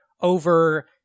over